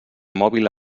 mòbil